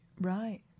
Right